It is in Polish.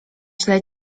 źle